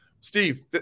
Steve